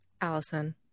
allison